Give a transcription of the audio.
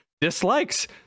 dislikes